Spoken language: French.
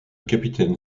capitaine